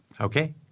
Okay